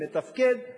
מתפקד,